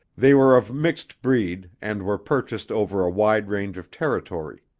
they were of mixed breed and were purchased over a wide range of territory.